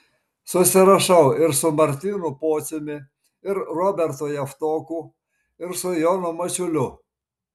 susirašau ir su martynu pociumi ir robertu javtoku ir su jonu mačiuliu